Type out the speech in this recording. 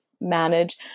manage